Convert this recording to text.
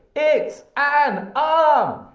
it's an ah